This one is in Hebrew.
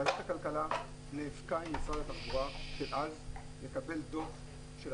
ועדת הכלכלה נאבקה עם משרד התחבורה אז לקבל דוח של